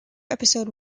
episode